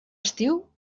estiu